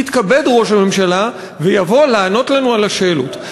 יתכבד ראש הממשלה ויבוא לענות לנו על השאלות.